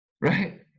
Right